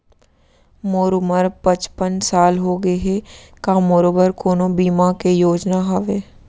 मोर उमर पचपन साल होगे हे, का मोरो बर कोनो बीमा के योजना हावे?